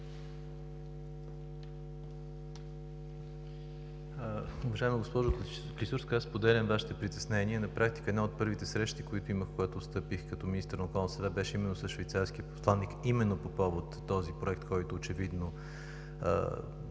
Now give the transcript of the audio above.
Уважаема госпожо Клисурска, аз споделям Вашите притеснения. На практика една от първите срещи, които имах, когато встъпих като министър на околната среда и водите, беше със швейцарския посланик, именно по повод този Проект, който очевидно